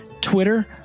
Twitter